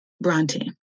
Bronte